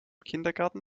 kindergarten